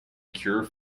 cure